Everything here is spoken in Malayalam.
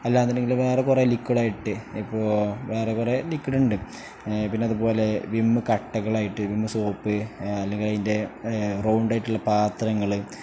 അല്ലാന്ന് ഉണ്ടെങ്കിൽ വേറെ കുറേ ലിക്വിഡ് ആയിട്ട് ഇപ്പോൾ വേറെ കുറേ ലിക്വിഡ് ഉണ്ട് പിന്നതു പോലെ വിമ്മ് കട്ടകളായിട്ട് വിമ്മ് സോപ്പ് അല്ലെങ്കിൽ അതിൻ്റെ റൗണ്ട് ആയിട്ടുള്ള പാത്രങ്ങൾ